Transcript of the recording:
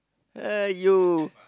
!aiyo!